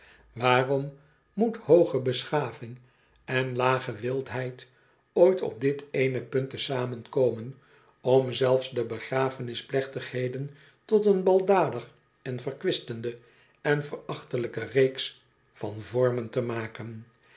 waarom moet hooge beschaving en lage wildheid ooit op dit eene punt te zamen komen om tot zelfs de begrafenisplechtigheden tot oen baldadig verkwistende en verachtelijke reeks van vormen te maken